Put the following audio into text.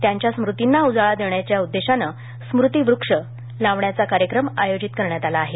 त्यांच्या स्मृतींना उजाळा देण्याच्या उद्देशानं स्मृतीवृक्ष लावण्याच्या कार्यक्रमाचं आयोजन करण्यात आलं आहे